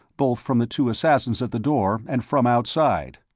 both from the two assassins at the door and from outside.